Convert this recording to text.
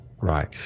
Right